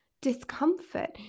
discomfort